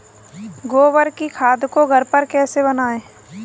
गोबर की खाद को घर पर कैसे बनाएँ?